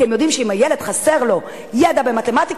כי הם יודעים שאם הילד חסר לו ידע במתמטיקה,